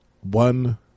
one